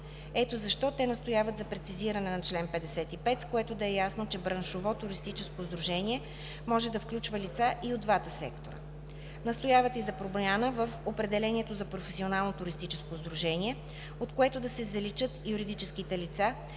Ето защо те настояват за прецизиране на чл. 55, с което да е ясно, че браншово туристическо сдружение може да включва лица и от двата сектора. Настояват и за промяна в определението за „професионално туристическо сдружение“, от което да се заличат юридическите лица,